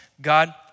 God